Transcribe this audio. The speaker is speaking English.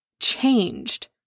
changed